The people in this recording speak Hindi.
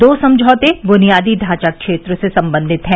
दो समझौते बुनियादी ढांचा क्षेत्र से संबंधित हैं